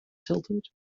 tilted